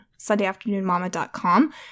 SundayAfternoonMama.com